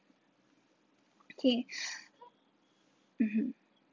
okay mmhmm